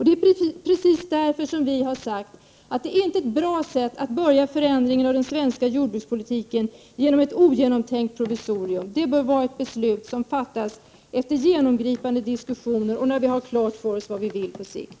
Det är därför vi har sagt att det inte är bra att börja förändringen av den svenska jordbrukspolitiken med ett ogenomtänkt provisorium. Det bör vara ett beslut som fattas efter genomgripande diskussioner och när vi har klart för oss vad vi vill på sikt.